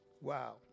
Wow